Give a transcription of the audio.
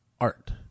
art